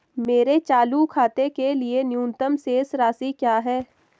मेरे चालू खाते के लिए न्यूनतम शेष राशि क्या है?